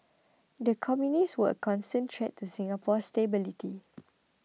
the communists were a constant threat to Singapore's stability